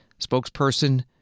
spokesperson